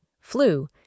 flu